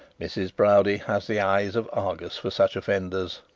mrs proudie has the eyes of argus for such offenders.